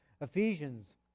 Ephesians